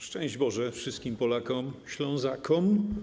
Szczęść Boże wszystkim Polakom, Ślązakom.